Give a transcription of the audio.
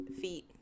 feet